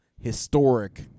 historic